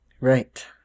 Right